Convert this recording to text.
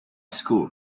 school